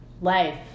life